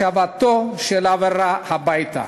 השבתו של אברה הביתה.